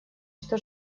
что